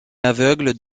aveugle